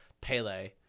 Pele